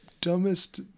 dumbest